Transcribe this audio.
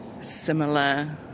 similar